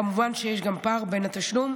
כמובן שיש גם פער בתשלום,